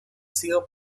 sido